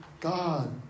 God